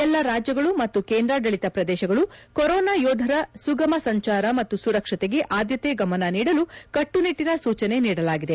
ಎಲ್ಲಾ ರಾಜ್ಯಗಳು ಮತ್ತು ಕೇಂದ್ರಾಡಳಿತ ಪ್ರದೇಶಗಳು ಕೊರೋನಾ ಯೋಧರ ಸುಗಮ ಸಂಚಾರ ಮತ್ತು ಸುರಕ್ಷತೆಗೆ ಆದ್ಯತೆಯ ಗಮನ ನೀಡಲು ಕಟ್ಟುನಿಟ್ಟಿನ ಸೊಚನೆ ನೀಡಲಾಗಿದೆ